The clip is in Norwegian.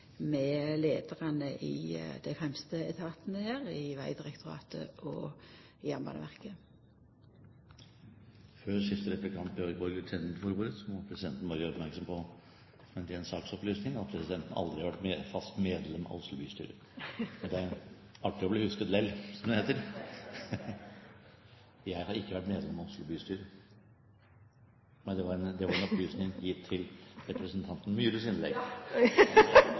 med leiarane i dei fremste etatane her, Vegdirektoratet og Jernbaneverket. Før siste replikkant, Borghild Tenden, får ordet må presidenten bare gjøre oppmerksom på – en ren saksopplysning – at presidenten aldri har vært fast medlem av Oslo bystyre. – Det er artig å bli husket lell, som det heter. Det har vært veldig mye snakk om belønningsordningen i dag, og det står i klimaforliket at den skal knyttes til restriktiv bilbruk, og ikke være en